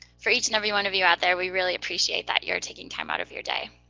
for each and every one of you out there, we really appreciate that you're taking time out of your day.